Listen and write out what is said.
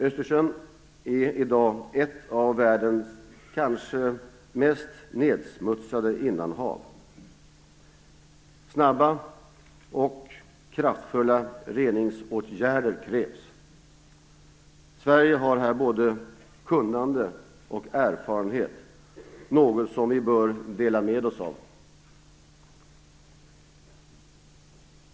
Östersjön är i dag ett av världens kanske mest nedsmutsade innanhav. Snabba och kraftfulla regeringsåtgärder krävs. Sverige har här både kunnande och erfarenhet, något som vi bör kunna dela med oss av.